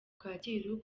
kacyiru